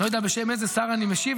אני אפילו לא יודע בשם איזה שר אני משיב,